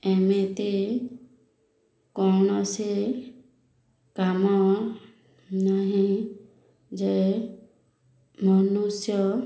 ଏମିତି କୌଣସି କାମ ନାହିଁ ଯେ ମନୁଷ୍ୟ